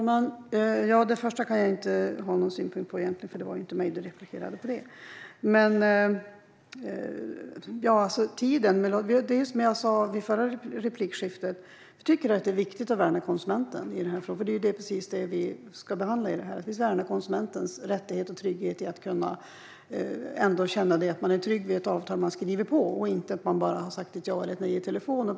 Fru talman! Det första kan jag ju inte ha någon synpunkt på, för det var ju inte mig som Said Abdu replikerade på där. När det gäller detta med tiden vill jag säga som jag gjorde i förra replikskiftet. Jag tycker att det är viktigt att värna konsumenten i detta. Det är precis det vi gör. Vi värnar konsumentens rättighet och trygghet. Man ska känna sig trygg med ett avtal som man har skrivit på, i stället för att man bara har sagt ja eller nej till det på telefon.